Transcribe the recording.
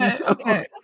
Okay